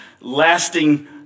lasting